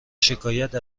شکایت